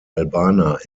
albaner